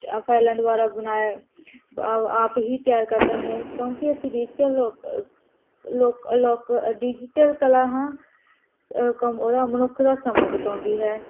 ਫਾਈਲਾਂ ਦੁਆਰਾ ਬਣਾਇਆ ਅ ਆਪ ਹੀ ਤਿਆਰ ਕਰਦਾ ਹੈ ਕਿਉਂਕਿ ਅਸੀਂ ਡਿਜੀਟਲ ਬਲੋ ਡਿਜੀਟਲ ਕਲਾ ਹਾਂ ਕ ਉਹਦਾ ਮਨੁੱਖ ਦਾ ਸਮਾਂ ਬਚਾਉਂਦੀ ਹੈ